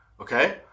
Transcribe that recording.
Okay